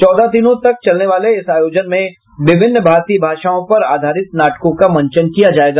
चौदह दिनों तक चलने वाले इस आयोजन में विभिन्न भारतीय भाषाओं पर आधारित नाटकों का मंचन किया जाएगा